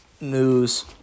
news